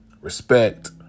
respect